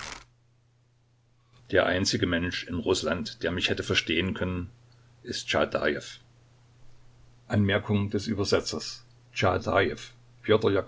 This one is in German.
der einzige mensch in rußland der mich hätte verstehen können ist